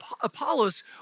Apollos